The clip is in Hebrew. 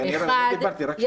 כי לא דיברתי, רק שאלתי.